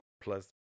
plus